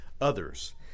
others